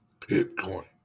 Bitcoin